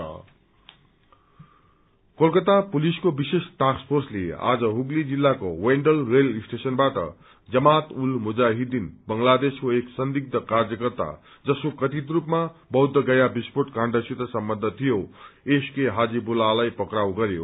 insurgency Kolkata पुलिसको विशेष task फोर्सले आज हुगली जिल्लाको वेण्डल रेल स्टेशनबाट जमात उल मुजाहिद्वीन बंगलादेशको एक संदिग्व कार्यकर्ता जसको कवित रूपमा बौद्धगया विस्फ्रेट काण्डसित सम्बन्ध थियो एस के हाजीवुल्लालाई पक्राउ गरयो